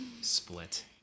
split